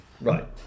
Right